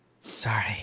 Sorry